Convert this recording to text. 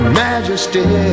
majesty